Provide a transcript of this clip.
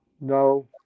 No